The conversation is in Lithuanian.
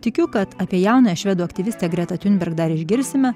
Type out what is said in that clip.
tikiu kad apie jaunąją švedų aktyvistė greta tiunberg dar išgirsime